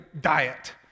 diet